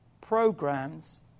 programs